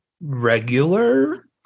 regular